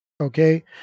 okay